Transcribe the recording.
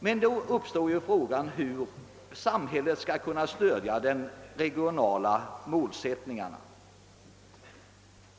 Härvid uppstår emellertid också frågan hur samhället skall kunna stödja de regionala målsättningarna.